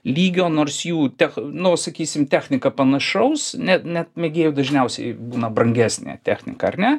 lygio nors jų tech nu sakysim technika panašaus net net mėgėjų dažniausiai būna brangesnė technika ar ne